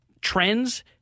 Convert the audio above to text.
trends